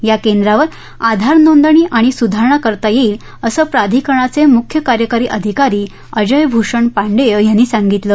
या केंद्रांवर आधार नोंदणी आणि सुधारणा करता येईल असं प्राधिकरणाचे मुख्य कार्यकारी अधिकारी अजय भूषण पांडेय यांनी सांगितलं